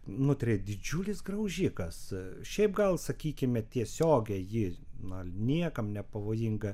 nutrija didžiulis graužikas šiaip gal sakykime tiesiogiai ji na niekam nepavojinga